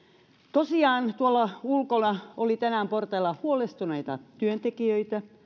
tosiaan tuolla ulkona oli tänään portailla huolestuneita työntekijöitä